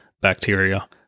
bacteria